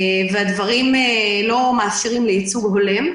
והדברים לא מאפשרים ייצוג הולם.